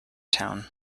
town